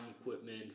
equipment